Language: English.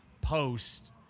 post